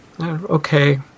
okay